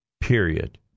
period